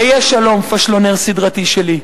היה שלום, פשלונר סדרתי שלי.